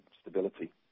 stability